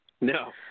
No